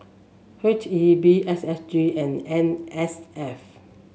H E B S S G and N S F